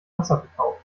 wasserverkauf